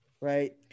Right